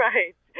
Right